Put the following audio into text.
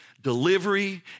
delivery